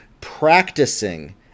practicing